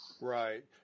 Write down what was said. Right